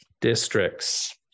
districts